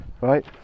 right